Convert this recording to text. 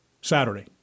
Saturday